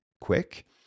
quick